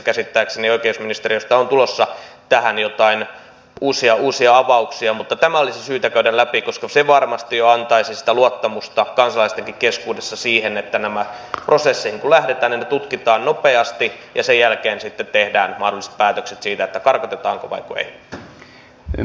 käsittääkseni oikeusministeriöstä on tulossa tähän jotain uusia avauksia mutta tämä olisi syytä käydä läpi koska se varmasti jo antaisi sitä luottamusta kansalaistenkin keskuudessa siihen että näihin prosesseihin kun lähdetään ne tutkitaan nopeasti ja sen jälkeen sitten tehdään mahdolliset päätökset siitä karkotetaanko vai ei